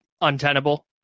untenable